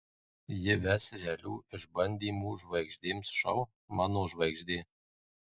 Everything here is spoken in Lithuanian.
ji ves realių išbandymų žvaigždėms šou mano žvaigždė